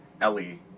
Ellie